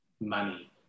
Money